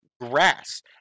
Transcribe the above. grass